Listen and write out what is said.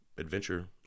adventure